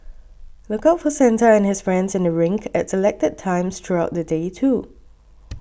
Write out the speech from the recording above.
look out for Santa and his friends in the rink at selected times throughout the day too